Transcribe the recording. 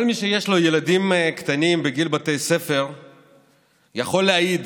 כל מי שיש לו ילדים קטנים בגיל בית ספר יכול להעיד